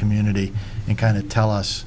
community and kind of tell us